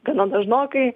gana dažnokai